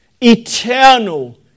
eternal